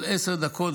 כל עשר דקות,